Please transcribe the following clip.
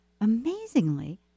Amazingly